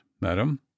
madam